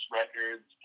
records